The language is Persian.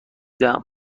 دهم